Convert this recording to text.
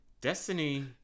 Destiny